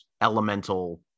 elemental